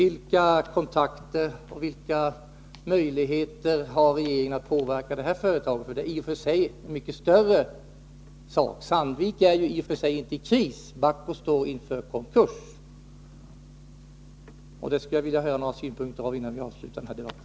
Vilka kontakter kommer att tas, och vilka möjligheter har regeringen att påverka detta företag? Det gäller här en mycket större sak. Sandvik är inte i kris, men Bahco står inför konkurs. Jag skulle vilja höra några synpunkter på detta innan vi avslutar denna debatt.